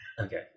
Okay